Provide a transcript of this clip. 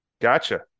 Gotcha